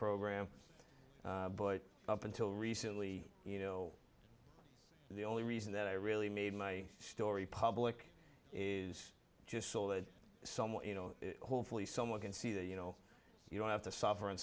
program but up until recently you know the only reason that i really made my story public is just so that someone you know hopefully someone can see that you know you don't have to suffer